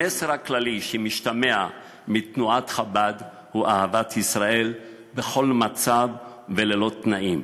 המסר הכללי שמשתמע מתנועת חב"ד הוא אהבת ישראל בכל מצב וללא תנאים.